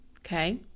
Okay